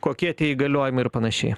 kokie tie įgaliojimai ir panašiai